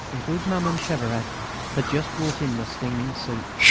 and good maman cheveret had just brought in the steaming soup.